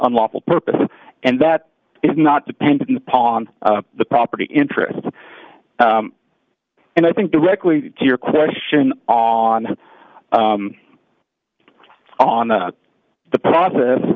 unlawful purpose and that is not dependent upon the property interest and i think directly to your question on on the process